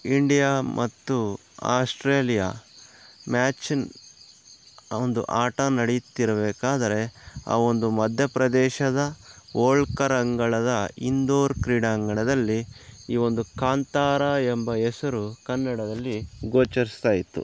India ಮತ್ತು Australia ಮ್ಯಾಚಿಂದು ಆ ಒಂದು ಆಟ ನಡೀತಿರ್ಬೇಕಾದ್ರೆ ಆ ಒಂದು ಮಧ್ಯ ಪ್ರದೇಶದ ಹೋಳ್ಕರ್ ಅಂಗಳದ ಇಂದೋರ್ ಕ್ರೀಡಾಂಗಣದಲ್ಲಿ ಈ ಒಂದು ಕಾಂತಾರ ಎಂಬ ಹೆಸರು ಕನ್ನಡದಲ್ಲಿ ಗೋಚರಿಸ್ತಾ ಇತ್ತು